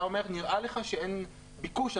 אתה אומר שנראה לך שאין ביקוש,